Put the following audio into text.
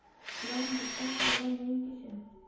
Loan भुगतान करवार नियम की छे?